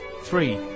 three